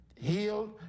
Healed